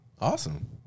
Awesome